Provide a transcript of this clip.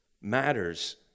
matters